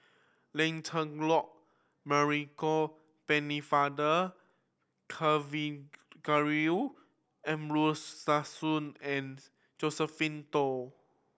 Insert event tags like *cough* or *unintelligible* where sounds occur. Lancelot *unintelligible* Pennefather Kavignareru Amallathasan and Josephine Teo